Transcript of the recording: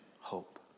hope